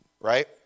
right